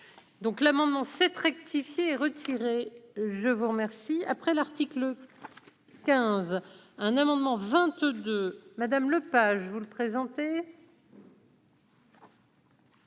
Donc l'amendement 7 rectifié retiré, je vous remercie, après l'article. 15 un amendement 22 madame Lepage, vous le présenter.